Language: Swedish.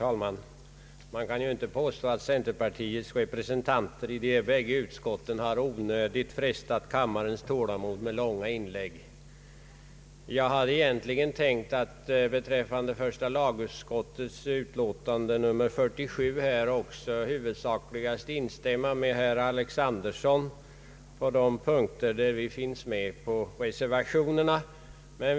Herr talman! Man kan inte påstå att centerpartiets representanter i de bägge utskotten onödigtvis har frestat kammarens tålamod med långa inlägg, och jag hade egentligen tänkt att beträffande första lagutskottets utlåtande nr 47 i huvudsak instämma med herr Alexanderson på de punkter där vi har reserverat oss.